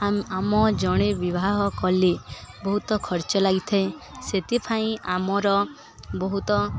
ଆମ ଜଣକର ବିବାହ କଲେ ବହୁତ ଖର୍ଚ୍ଚ ଲାଗିଥାଏ ସେଥିପାଇଁ ଆମର ବହୁତ